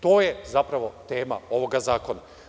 To je zapravo tema ovoga zakona.